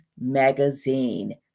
Magazine